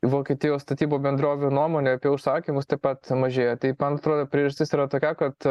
vokietijos statybų bendrovių nuomonė apie užsakymus taip pat mažėjo tai man atrodo priežastis yra tokia kad